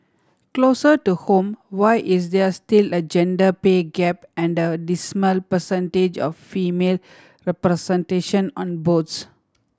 closer to home why is there still a gender pay gap and a dismal percentage of female representation on boards